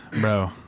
Bro